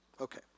Okay